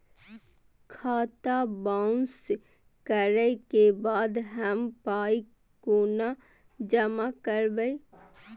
खाता बाउंस करै के बाद हम पाय कोना जमा करबै?